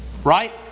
Right